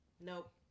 nope